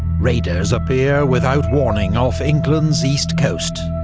raiders appear without warning off england's east coast.